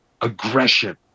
aggression